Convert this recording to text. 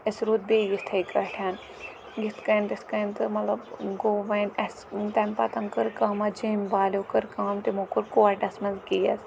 أسۍ روٗدۍ بیٚیہِ یِتھَے کٔٹھۍ یِتھ کٔنۍ تِتھۍ کٔنۍ تہٕ مطلب گوٚو وۄنۍ اَسہِ تَمہِ پَتَن کٔر کٲمہ جیٚمۍ والیو کٔر کٲم تِمو کوٚر کوٹَس منٛز کیس